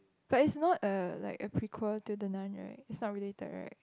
but is not a like a prequel to the Nun right it's not related right